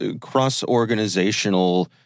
cross-organizational